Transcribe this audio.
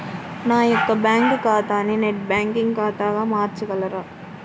నా యొక్క బ్యాంకు ఖాతాని నెట్ బ్యాంకింగ్ ఖాతాగా మార్చగలరా?